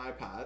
iPad